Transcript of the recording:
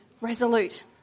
Resolute